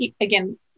again